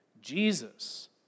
Jesus